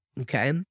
okay